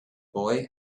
boy